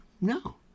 No